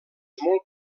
molt